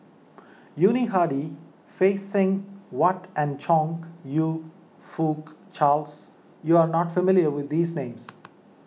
Yuni Hadi Phay Seng Whatt and Chong You Fook Charles you are not familiar with these names